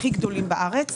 הכי גדולים בארץ,